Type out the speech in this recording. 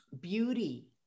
beauty